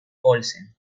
olsen